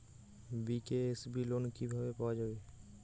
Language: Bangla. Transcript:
বি.কে.এস.বি লোন কিভাবে পাওয়া যাবে?